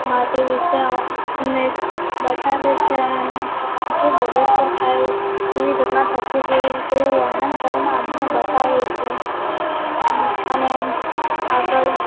માટે વિષે અમને અમને બતાવે છે અને જે બોડર પર થાય જેવી ઘટના થતી હોય એવું વર્ણન કરીને અમને બતાવે છે અને આગળ